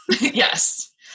Yes